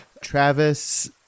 Travis